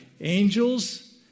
Angels